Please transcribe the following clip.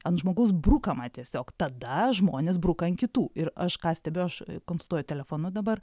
ant žmogaus brukama tiesiog tada žmonės bruka ant kitų ir aš ką stebiu aš konsultuoju telefonu dabar